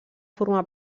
formar